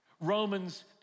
Romans